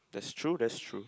that's true that's true